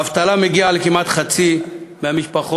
האבטלה מגיעה כמעט לחצי מהמשפחות,